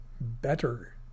better